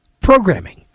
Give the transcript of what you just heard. programming